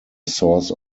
source